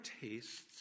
tastes